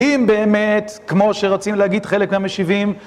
אם באמת, כמו שרצינו להגיד, חלק מהמשיבים